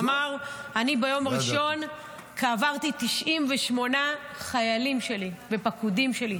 הוא אמר: ביום הראשון קברתי 98 חיילים ופקודים שלי,